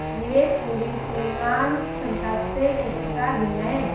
निवेश पूंजी सीमांत क्षमता से किस प्रकार भिन्न है?